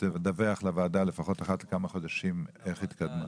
תדווח לוועדה לפחות אחת לכמה חודשים איך התקדמה.